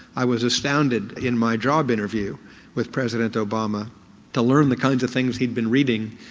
i was astounded in my job interview with president obama to learn the kinds of things he'd been reading,